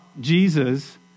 Jesus